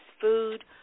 food